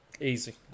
Easy